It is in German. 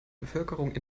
bevölkerung